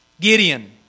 Gideon